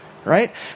right